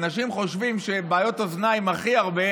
אנשים חושבים שבעיות אוזניים הכי הרבה